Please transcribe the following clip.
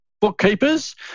bookkeepers